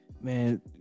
Man